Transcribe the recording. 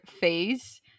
phase